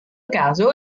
caso